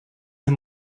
amb